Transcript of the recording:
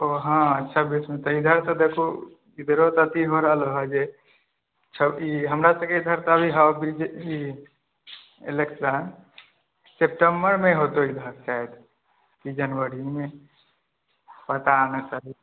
ओ हँ छब्बीस मे तऽ ईधर तऽ देखू ईधरो तऽ अथी हो रहल ह जे ई हमरा सबके ईधर तऽ अभी ह बीजेपी इलेक्शन सेप्टेम्बर मे होतो ईधर शायद की जनवरी मे पता नहि कहिया